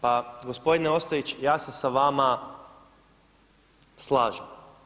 Pa gospodine Ostojić, ja se sa vama slažem.